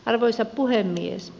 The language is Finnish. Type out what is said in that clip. arvoisa puhemies